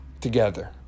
together